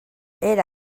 era